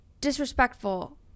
disrespectful